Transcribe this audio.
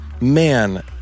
man